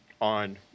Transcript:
on